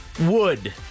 Wood